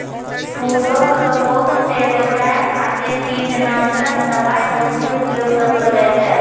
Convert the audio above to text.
फूलो रो रोग से बचाय खातीर कीटनाशक दवाई रो भी उपयोग करलो जाय छै